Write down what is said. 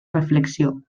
reflexió